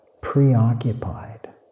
preoccupied